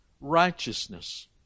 righteousness